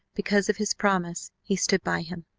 because of his promise he stood by him.